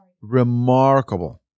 remarkable